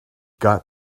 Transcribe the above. got